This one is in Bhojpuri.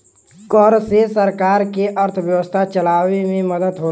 कर से सरकार के अर्थव्यवस्था चलावे मे मदद होला